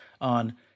on